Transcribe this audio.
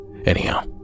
Anyhow